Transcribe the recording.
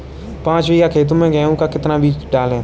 पाँच बीघा खेत में गेहूँ का कितना बीज डालें?